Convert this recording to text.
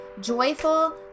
joyful